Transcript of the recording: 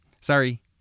Sorry